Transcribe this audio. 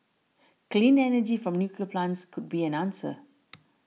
clean energy from nuclear plants could be an answer